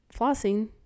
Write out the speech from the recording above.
flossing